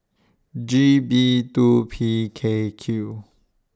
G B two P K Q